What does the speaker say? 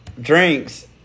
drinks